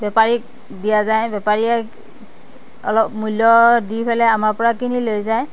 বেপাৰীক দিয়া যায় বেপাৰীয়ে অলপ মূল্য দি পেলাই আমাৰ পৰা কিনি লৈ যায়